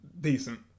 Decent